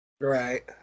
Right